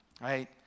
right